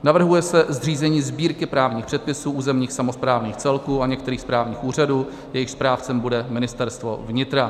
Navrhuje se zřízení Sbírky právních předpisů územních samosprávných celků a některých správních úřadů, jejichž správcem bude Ministerstvo vnitra.